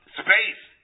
space